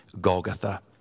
Golgotha